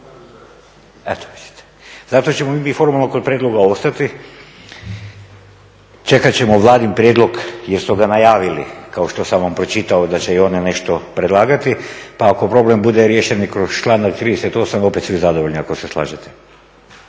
Eto, vidite. Zato ćemo mi formalno kod prijedloga ostati, čekat ćemo Vladin prijedlog jer su ga najavili kao što sam vam pročitao da će i oni nešto predlagati pa ako problem bude riješen neka kroz članak 38., opet svi zadovolji ako se slažete.